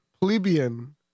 plebeian